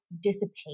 dissipate